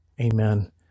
Amen